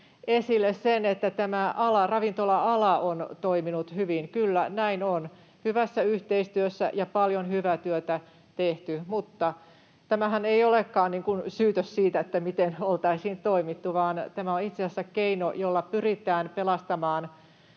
esille sen, että tämä ravintola-ala on toiminut hyvin. Kyllä, näin on. Hyvässä yhteistyössä ja paljon hyvää työtä on tehty, mutta tämähän ei olekaan niin kuin syytös siitä, miten oltaisiin toimittu, vaan tämä on itse asiassa keino, jolla pyritään pelastamaan